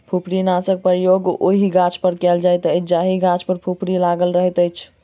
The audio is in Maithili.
फुफरीनाशकक प्रयोग ओहि गाछपर कयल जाइत अछि जाहि गाछ पर फुफरी लागल रहैत अछि